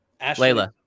Layla